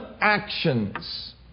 actions